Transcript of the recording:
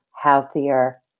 healthier